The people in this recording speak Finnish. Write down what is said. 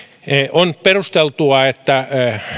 on perusteltua että